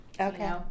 Okay